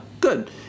good